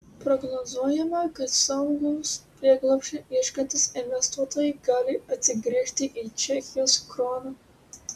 prognozuojama kad saugaus prieglobsčio ieškantys investuotojai gali atsigręžti į čekijos kroną